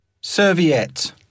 Serviette